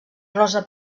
rosa